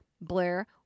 Blair